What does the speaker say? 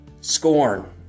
scorn